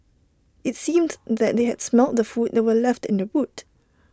IT seemed that they had smelt the food that were left in the boot